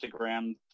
Instagram